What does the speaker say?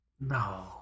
No